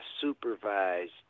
supervised